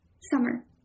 Summer